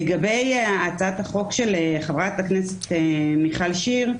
לגבי הצעת החוק של חברת הכנסת מיכל שיר,